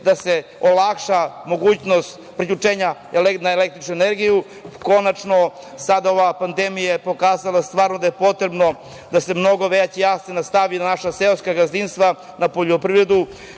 da se olakša mogućnost priključenja na električnu energiju. Konačno, sada ova pandemija je pokazala stvarno da je potrebno da se mnogo veći akcenat stavi na naša seoska gazdinstva, na poljoprivredu,